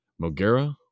Mogera